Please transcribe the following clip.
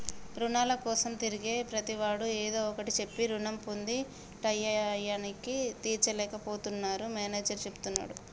రుణాల కోసం తిరిగే ప్రతివాడు ఏదో ఒకటి చెప్పి రుణం పొంది టైయ్యానికి తీర్చలేక పోతున్నరని మేనేజర్ చెప్తున్నడు